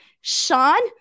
Sean